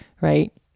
right